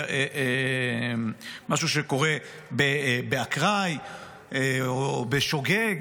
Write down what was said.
מה שקורה באקראי או בשוגג,